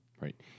Right